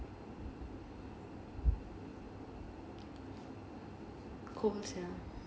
common sense